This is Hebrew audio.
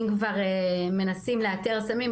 אם כבר מנסים לאתר סמים,